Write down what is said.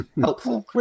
Helpful